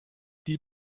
die